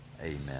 amen